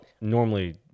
normally